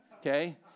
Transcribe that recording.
Okay